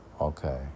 okay